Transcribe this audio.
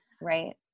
right